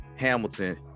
Hamilton